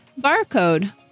barcode